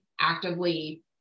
actively